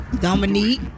Dominique